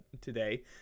today